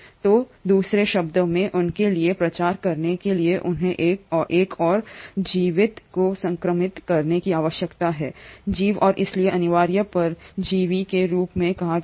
तो दूसरे शब्दों में उनके लिए प्रचार करने के लिए उन्हें एक और जीवित को संक्रमित करने की आवश्यकता है जीव और इसलिए अनिवार्य परजीवी के रूप में कहा जाता है